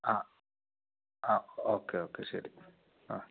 ആ ആ okay okay ശരി ആ